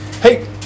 Hey